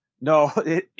No